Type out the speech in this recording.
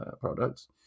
products